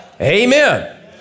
Amen